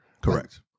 Correct